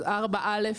אז (א1)(4)(א)